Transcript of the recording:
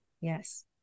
Yes